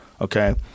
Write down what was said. okay